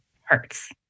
hurts